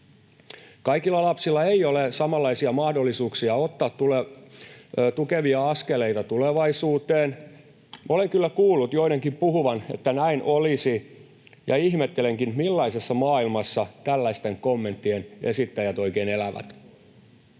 Kaikilla lapsilla ei ole samanlaisia mahdollisuuksia ottaa tukevia askeleita tulevaisuuteen. Olen kyllä kuullut joidenkin puhuvan, että näin olisi, ja ihmettelenkin, millaisessa maailmassa tällaisten kommenttien esittäjät oikein elävät.